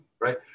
right